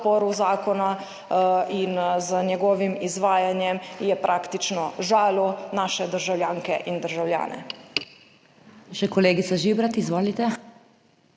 zakona in z njegovim izvajanjem je praktično žalil naše državljanke in državljane.